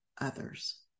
others